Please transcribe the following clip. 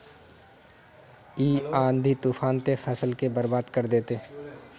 इ आँधी तूफान ते फसल के बर्बाद कर देते?